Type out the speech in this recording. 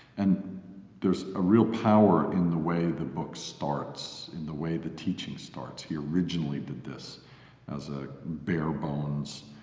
and there's a real power in the way the book starts, in the way the teaching starts. he originally did this as a bare-bones,